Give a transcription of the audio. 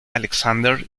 alexander